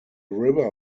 river